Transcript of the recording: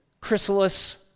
chrysalis